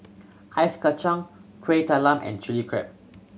Ice Kachang Kuih Talam and Chilli Crab